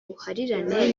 buhahirane